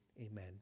amen